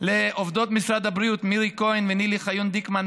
לעובדות משרד הבריאות מירי כהן ונילי חיון דיקמן,